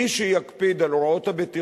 מי שיקפיד על הוראות הבטיחות,